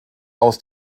aus